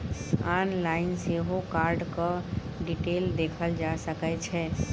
online सेहो कार्डक detail देखल जा सकै छै